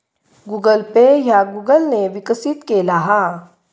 Google Pay ह्या Google ने विकसित केला हा